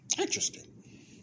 Interesting